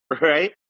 right